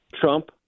Trump